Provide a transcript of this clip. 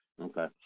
Okay